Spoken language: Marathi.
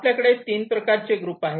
आता आपल्याकडे तीन प्रकारचे ग्रुप आहेत